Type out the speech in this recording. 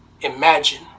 Imagine